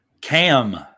Cam